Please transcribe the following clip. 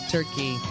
Turkey